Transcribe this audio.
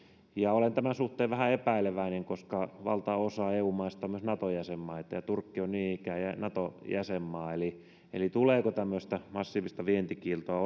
olen tämän suhteen vähän epäileväinen koska valtaosa eu maista on myös nato jäsenmaita ja turkki on niin ikään nato jäsenmaa eli eli tuleeko tämmöistä massiivista vientikieltoa